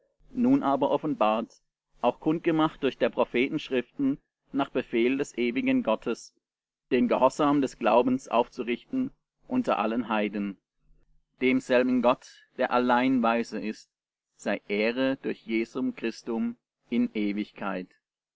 nun aber offenbart auch kundgemacht durch der propheten schriften nach befehl des ewigen gottes den gehorsam des glaubens aufzurichten unter allen heiden demselben gott der allein weise ist sei ehre durch jesum christum in ewigkeit